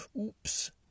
Oops